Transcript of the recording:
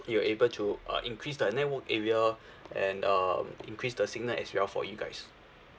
you're able to uh increase the network area and um increase the signal as well for you guys